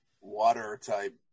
water-type